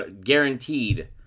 guaranteed –